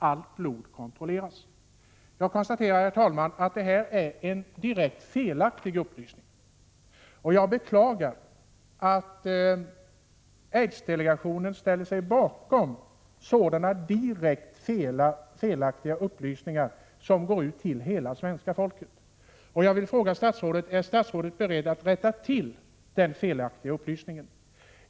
Allt blod kontrolleras.” Jag konstaterar, herr talman, att det är en direkt felaktig upplysning, och jag beklagar att aidsdelegationen ställer sig bakom sådana direkt felaktiga upplysningar, som går ut till hela svenska folket. Jag vill fråga statsrådet: Är statsrådet beredd att rätta till den felaktiga upplysningen?